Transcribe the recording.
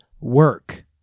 work